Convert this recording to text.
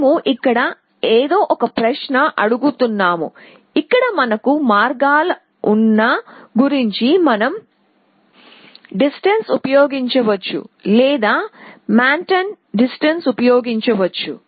మేము ఇక్కడ ఏదో ఒక ప్రశ్న అడుగుతున్నాము ఇక్కడ మనకు మార్గాల ఉన్న గురించి మనం యూక్లిడియన్ డిస్టెన్స్ ఉపయోగించవచ్చు లేదా మాన్ హట్టన్ డిస్టెన్స్ ఉపయోగించవచ్చు